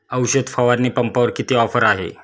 औषध फवारणी पंपावर किती ऑफर आहे?